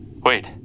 Wait